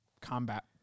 combat